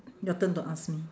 your turn to ask me